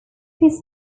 his